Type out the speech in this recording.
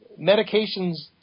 medications